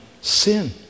sin